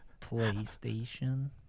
PlayStation